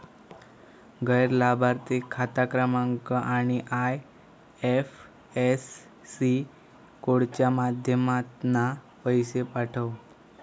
गैर लाभार्थिक खाता क्रमांक आणि आय.एफ.एस.सी कोडच्या माध्यमातना पैशे पाठव